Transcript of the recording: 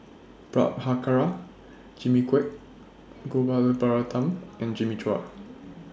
Prabhakara Jimmy Quek Gopal Baratham and Jimmy Chua